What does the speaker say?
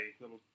little